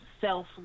self